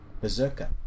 berserker